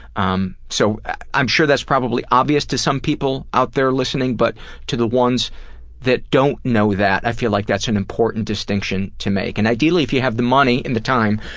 um so i'm sure that's probably obvious to some people out there listening, but to the ones that don't know that i feel like that's an important distinction to make. and ideally if you have the money and the time,